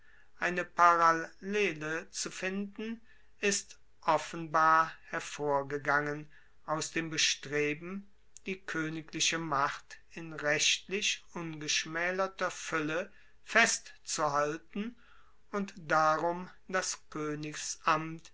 eine parallele zu finden ist offenbar hervorgegangen aus dem bestreben die koenigliche macht in rechtlich ungeschmaelerter fuelle festzuhalten und darum das